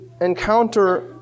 encounter